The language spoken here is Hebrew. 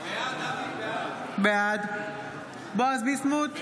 בעד בועז ביסמוט,